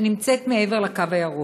שנמצא מעבר לקו הירוק.